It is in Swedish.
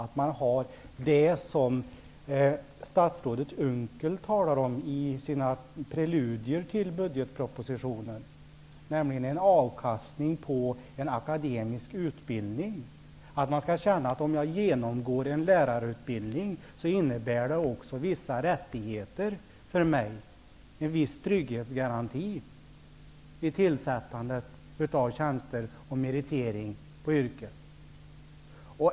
Det gäller, som statsrådet Unckel talar om i sina preludier till budgetpropositionen, avkastning på en akademisk utbildning. Den som genomgår en lärarutbildning skall känna att det också innebär vissa rättigheter för vederbörande. Det är fråga om en viss trygghetsgaranti vid tillsättandet av tjänster och vid meriteringen för yrken.